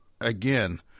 again